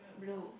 blue